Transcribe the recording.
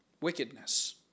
Wickedness